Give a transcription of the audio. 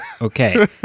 okay